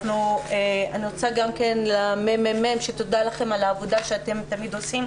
אני רוצה גם להודות לממ"מ על העבודה שאתם תמיד עושים,